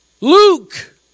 Luke